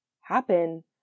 happen